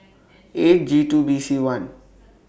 eight G two B C one